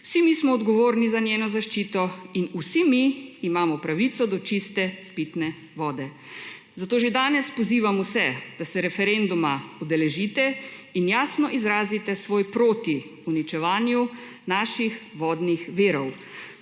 Vsi smo odgovorni za njeno zaščito in vsi imamo pravico do čiste pitne vode. Zato že danes pozivam vse, da se referenduma udeležite in jasno izrazite svoj »proti« uničevanju naših vodnih virov.